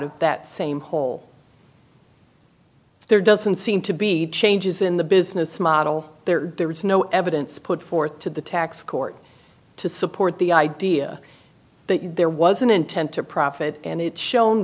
of that same hole there doesn't seem to be changes in the business model there there is no evidence put forth to the tax court to support the idea that there was an intent to profit and it's shown